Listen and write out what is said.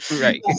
Right